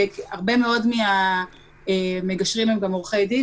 הרבה מאוד מהמגשרים הם גם עורכי דין,